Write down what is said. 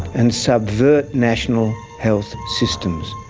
and subvert national health systems,